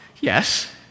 Yes